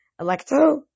Electo